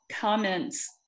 comments